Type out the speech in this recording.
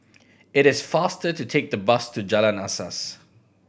it is faster to take the bus to Jalan Asas